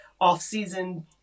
off-season